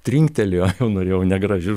trinktelėjo jau norėjau negražiu